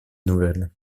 nouvelles